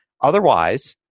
Otherwise-